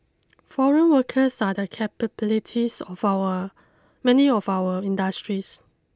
foreign workers are the capabilities of our many of our industries